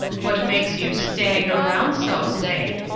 what makes you stag around so, say?